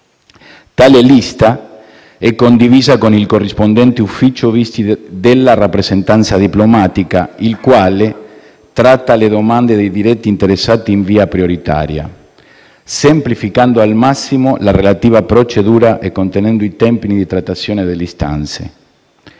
Tale lista è condivisa con il corrispondente ufficio visti della rappresentanza diplomatica, il quale tratta le domande dei diretti interessati in via prioritaria, semplificando al massimo la relativa procedura e contenendo i tempi di trattazione delle istanze.